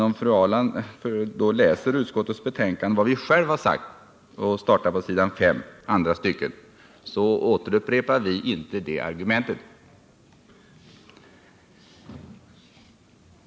Om fru Ahrland läser i betänkandet vad utskottet har sagt och startar på s. 5, andra stycket, kommer hon att finna att vi inte återupprepar det argumentet.